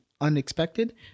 unexpected